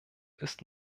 ist